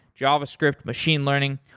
javascript, machine learning.